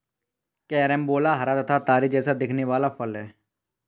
carambola हरा तथा तारे जैसा दिखने वाला फल है